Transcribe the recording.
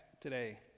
today